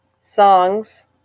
songs